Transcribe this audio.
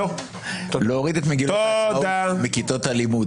להוריד את מגילת העצמאות מכיתות הלימוד.